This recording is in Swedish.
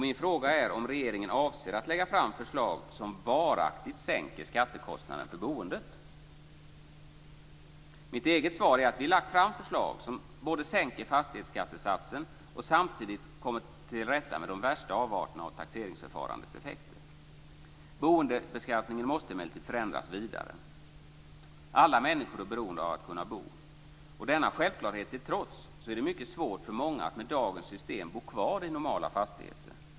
Mitt eget svar är att vi har lagt fram förslag som både sänker fastighetsskattesatsen och samtidigt kommer till rätta med de värsta avarterna av taxeringsförfarandets effekter. Boendebeskattningen måste emellertid förändras vidare. Alla människor är beroende av att kunna bo. Denna självklarhet till trots är det mycket svårt för många att med dagens system bo kvar i normala fastigheter.